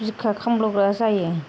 बिखा खामब्लावग्रा जायो